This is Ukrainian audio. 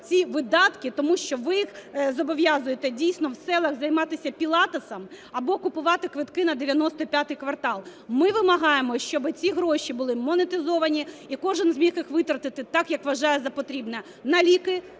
ці видатки, тому що ви їх зобов'язуєте, дійсно, в селах займатися пілатесом або купувати квитки на "95 квартал". Ми вимагаємо, щоб ці гроші були монетизовані і кожен зміг їх витратити так, як вважає за потрібне: на ліки,